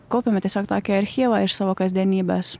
kaupiame tiesiog tokį archyvą iš savo kasdienybės